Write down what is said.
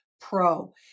Pro